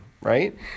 right